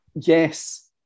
Yes